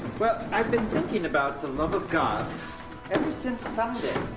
well, i've been thinking about the love of god ever since sunday.